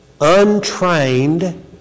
untrained